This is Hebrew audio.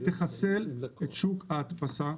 היא תחסל את שוק ההדפסה.